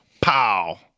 pow